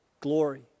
glory